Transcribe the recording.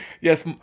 Yes